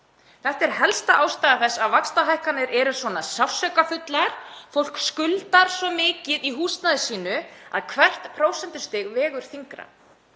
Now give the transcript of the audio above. Þetta er helsta ástæða þess að vaxtahækkanir eru svona sársaukafullar. Fólk skuldar svo mikið í húsnæði sínu að hvert prósentustig vegur þyngra.